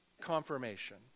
confirmation